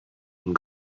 and